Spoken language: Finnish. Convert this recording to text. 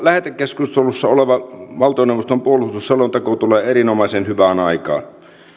lähetekeskustelussa oleva valtioneuvoston puolustusselonteko tulee erinomaisen hyvään aikaan